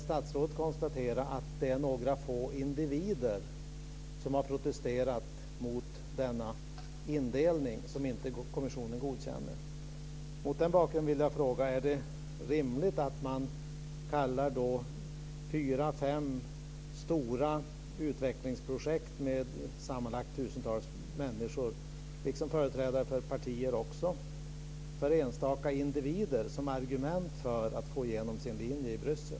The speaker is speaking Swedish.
Statsrådet konstaterar att det är några få individer som har protesterat mot den indelning som kommissionen inte godkänner. Mot den bakgrunden vill jag fråga: Är det rimligt att man kallar fyra fem stora utvecklingsprojekt med sammanlagt tusentals människor, liksom även företrädare för partier för enstaka individer som argument för att få igenom sin linje i Bryssel?